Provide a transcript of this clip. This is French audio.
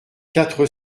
quatre